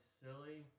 silly